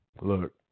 Look